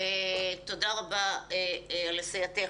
תודה רבה על סיועך.